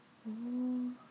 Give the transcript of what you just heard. oh